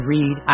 Read